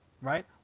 right